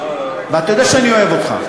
ואתה יודע שאני אוהב אותך.